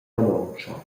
romontscha